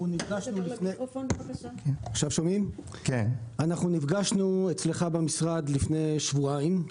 אנחנו נפגשנו אצלך במשרד לפני שבועיים.